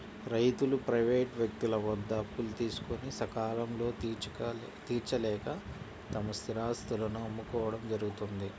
రైతులు ప్రైవేటు వ్యక్తుల వద్ద అప్పులు తీసుకొని సకాలంలో తీర్చలేక తమ స్థిరాస్తులను అమ్ముకోవడం జరుగుతోంది